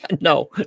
no